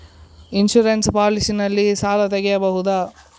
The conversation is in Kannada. ಇನ್ಸೂರೆನ್ಸ್ ಪಾಲಿಸಿ ನಲ್ಲಿ ಸಾಲ ತೆಗೆಯಬಹುದ?